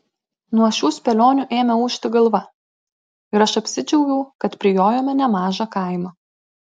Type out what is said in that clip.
nuo šių spėlionių ėmė ūžti galva ir aš apsidžiaugiau kad prijojome nemažą kaimą